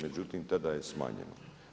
Međutim, tada je smanjeno.